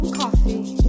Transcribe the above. coffee